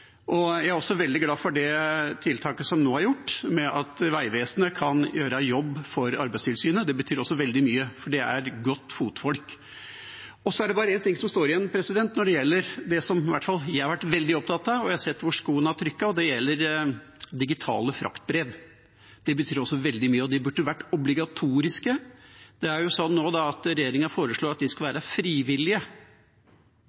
jeg veldig, veldig glad for. Jeg er også veldig glad for det tiltaket som er gjort nå, at Vegvesenet kan gjøre en jobb for Arbeidstilsynet. Det betyr også veldig mye, for det er et godt fotfolk. Det er bare én ting som står igjen når det gjelder det som i hvert fall jeg har vært veldig opptatt av, og jeg har sett hvor skoen har trykket, og det gjelder digitale fraktbrev. Det betyr også veldig mye. De burde vært obligatoriske. Regjeringa foreslår nå at det skal være frivillig. Man skjønner jo hva det betyr. Er det da de